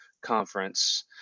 Conference